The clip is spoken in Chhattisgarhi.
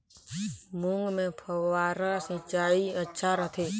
मूंग मे फव्वारा सिंचाई अच्छा रथे?